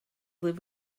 live